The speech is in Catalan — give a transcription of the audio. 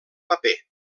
paper